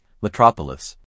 metropolis